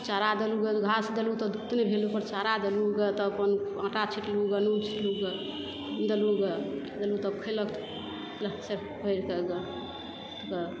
चारा देलहुँ गऽ घास देलहुँ तऽ ओकर चारा देलहुँ गऽ तऽ अपन आटा छिटलहुँ गऽ नून छिटलहुँ गऽ देलहुँ गऽ देलहुँ तब खेलक